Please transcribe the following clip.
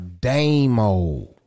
Damo